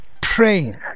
praying